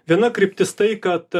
viena kryptis tai kad